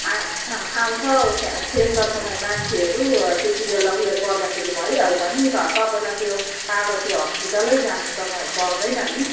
आ आ आउँछ ऊ स्या सेन्टरको मा मान्छेहरू त्यति बेला ऊ यो गर्दाखेरि भइहाल्छ नि त तपाईँलाई त्यो टाढो त्यो हस्पिटलै जानु तपाईँ पर्दैन नि